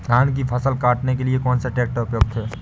धान की फसल काटने के लिए कौन सा ट्रैक्टर उपयुक्त है?